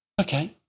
Okay